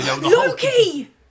Loki